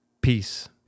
Peace